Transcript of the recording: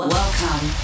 Welcome